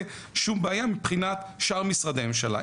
שום בעיה מבחינת שאר משרדי הממשלה.